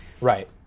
Right